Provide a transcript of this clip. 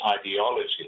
ideology